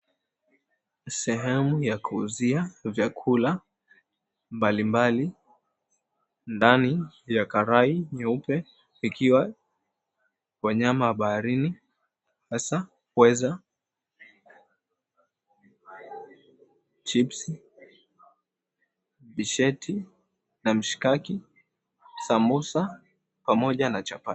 Sehemu ya kuuzia vyakula mbalimbali. Ndani ya karai nyeupe ikiwa wanyama baharini hasa pweza, chips , visheti na mshikaki, samosa pamoja na chapati.